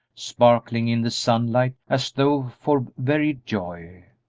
sparkling in the sunlight as though for very joy.